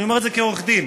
אני אומר את זה כעורך דין,